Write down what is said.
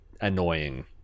annoying